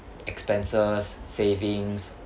expenses savings